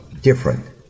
different